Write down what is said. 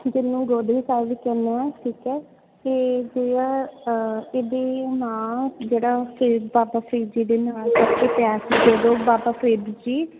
ਜਿੰਨੂੰ ਗੋਦੜੀ ਸਾਹਿਬ ਵੀ ਕਹਿਦੇ ਹਾਂ ਠੀਕ ਹੈ ਅਤੇ ਜਿਹੜਾ ਇਹਦੀ ਨਾਂ ਜਿਹੜਾ ਫ਼ਰੀਦ ਬਾਬਾ ਫ਼ਰੀਦ ਜੀ ਦੇ ਨਾਂ ਕਰਕੇ ਪਿਆ ਸੀ ਜਦੋਂ ਬਾਬਾ ਫ਼ਰੀਦ ਜੀ